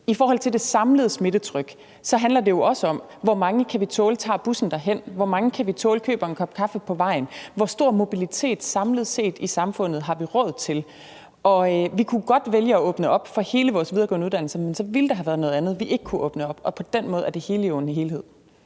I forhold til det samlede smittetryk handler det jo også om, hvor mange vi kan tåle tager bussen derhen, hvor mange vi kan tåle køber en kop kaffe på vejen, og hvor stor mobilitet samlet set i samfundet vi har råd til. Og vi kunne godt vælge at åbne op for alle vores videregående uddannelser, men så ville der have været noget andet, som vi ikke kunne åbne op, og på den måde er det hele jo en helhed.